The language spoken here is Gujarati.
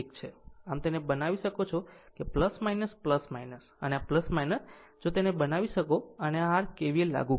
આમ તેને બનાવી શકો છો અને જો તેને બનાવી અને r KVL લાગુ કરો